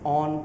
on